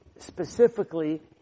Specifically